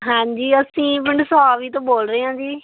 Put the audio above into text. ਹਾਂਜੀ ਅਸੀਂ ਪਿੰਡ ਸੁਹਾਵੀ ਤੋਂ ਬੋਲ ਰਹੇ ਹਾਂ ਜੀ